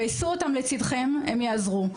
גייסו אותם לצידכם, והם יעזרו.